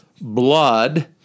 blood